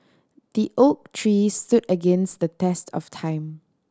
the oak tree stood against the test of time